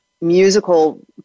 musical